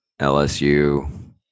LSU